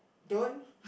don't